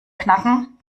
knacken